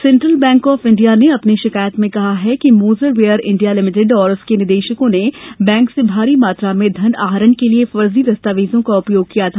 central Bank of India ने अपनी शिकायत में कहा है कि मोजेर बियर इंडिया लिमिटेड और उसके निदेशकों ने बैंक से भारी मात्रा में धन आहरण के लिए फर्जी दस्तावेजों का उपयोग किया था